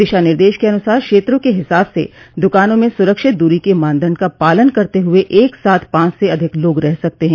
दिशा निर्देश के अनुसार क्षेत्रों के हिसाब से दुकानों में सुरक्षित दूरी के मानदंड का पालन करते हुए एक साथ पाँच से अधिक लोग रह सकते हैं